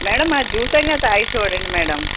madam ఆ juice అయినా తాగి చూడండి మేడం